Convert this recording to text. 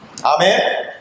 Amen